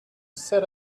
set